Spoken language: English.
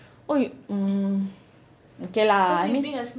oh you mm okay lah I mean